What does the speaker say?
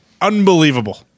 unbelievable